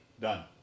Done